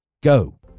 go